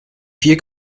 vier